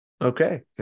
Okay